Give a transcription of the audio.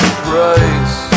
price